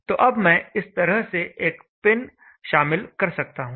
तो अब मैं इस तरह से एक पिन शामिल कर सकता हूं